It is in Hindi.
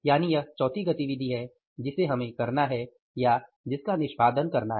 यानि यह चौथी गतिविधि है जिसे हमें करना है या जिसका निष्पादन करना है